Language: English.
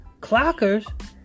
Clockers